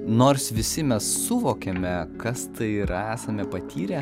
nors visi mes suvokiame kas tai yra esame patyrę